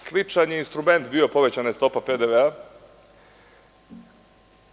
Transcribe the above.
Sličan je instrument bio, povećana je stopa PDV-a.